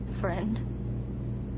Friend